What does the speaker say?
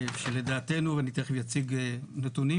כשלדעתנו ואני תיכף אציג נתונים